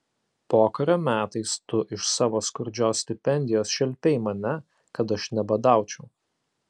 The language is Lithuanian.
pokario metais tu iš savo skurdžios stipendijos šelpei mane kad aš nebadaučiau